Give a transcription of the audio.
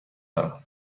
دارم